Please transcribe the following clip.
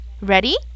ready